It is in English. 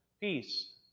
peace